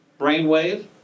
brainwave